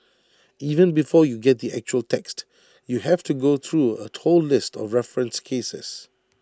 even before you get to the actual text you have to go through A whole list of referenced cases